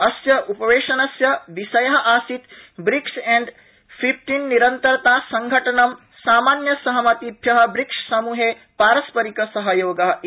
अस्य उपवेशनस्य विषय आसीत् ब्रिक्स एड फिफ्टीन निरन्तरता संघटनम् सामान्य सहमतिभ्य ब्रिक्ससमूहे पारस्परिकसहयोग इति